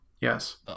yes